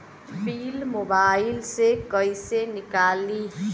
Bill mobile से कईसे निकाली?